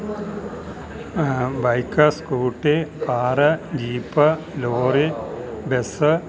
bike scooty car jeep lorry bus